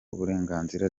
uburenganzira